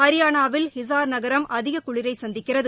ஹரியானாவில் ஹிசார் நகரம் தாள் அதிக குளிரை சந்திக்கிறது